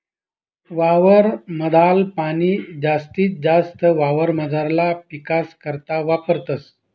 वावर माधल पाणी जास्तीत जास्त वावरमझारला पीकस करता वापरतस